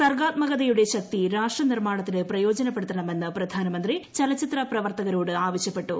സർഗാത്മകതയുടെ ശക്തി രാഷ്ട്രനിർമാണത്തിന് പ്രയോജനപ്പെടുത്തണമെന്ന് പ്രധാനമന്ത്രി ചലച്ചിത്ര പ്രവർത്തകരോട് ആവശ്യപ്പെട്ടു